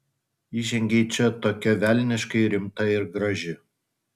įžengei čia tokia velniškai rimta ir graži